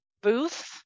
booth